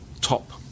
top